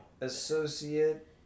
Associate